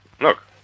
look